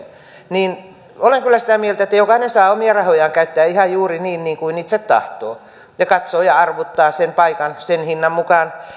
niin olen kyllä sitä mieltä että jokainen saa omia rahojaan käyttää ihan juuri niin niin kuin itse tahtoo ja katsoo ja arvuuttaa sen paikan sen hinnan mukaan